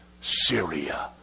Syria